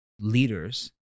leaders